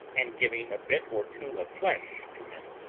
and giving a bit or two of flesh to him,